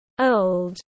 old